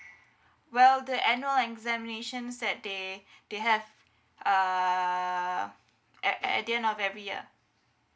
well that I know examinations that they they have uh at at the end of every year